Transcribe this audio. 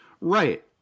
Right